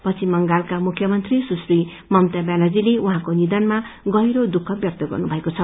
पश्चिम बंगालका मुख्यमन्त्री सुत्री ममता व्यानर्जीले उहाँको नियनमा गहिरो दुःख व्यक्त गर्नुभएको छ